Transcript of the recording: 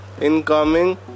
Incoming